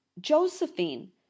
josephine